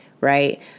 right